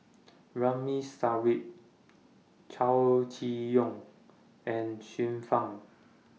Ramli Sarip Chow Chee Yong and Xiu Fang